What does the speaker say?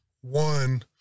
One